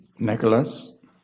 Nicholas